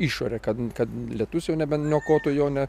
išorę kad kad lietus jau nebe niokotų jo ne